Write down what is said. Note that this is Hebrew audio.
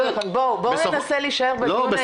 בואו ננסה להישאר בדיון הענייני.